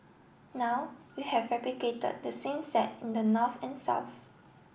now we have replicated the same set in the north and south